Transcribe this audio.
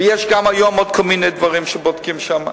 ויש עוד כל מיני דברים שבודקים שם.